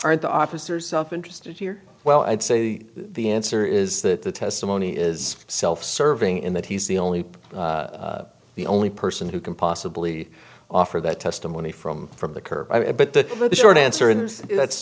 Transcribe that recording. aren't the officers self interested here well i'd say the answer is that the testimony is self serving in that he's the only the only person who can possibly offer that testimony from from the curb but the over the short answer